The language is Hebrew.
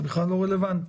זה בכלל לא רלוונטי